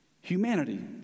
humanity